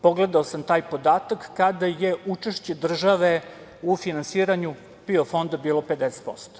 Pogledao sam taj podatak, kada je učešće države u finansiranju PIO fonda bilo 50%